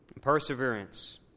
Perseverance